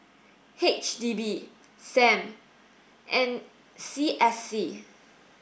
H D B Sam and C S C